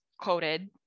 quoted